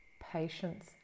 patience